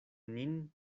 nin